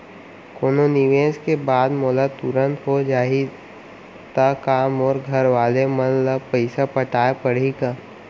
कोनो निवेश के बाद मोला तुरंत हो जाही ता का मोर घरवाले मन ला पइसा पटाय पड़ही का?